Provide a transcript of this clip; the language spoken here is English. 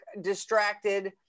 distracted